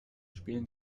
spielen